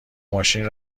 ماشین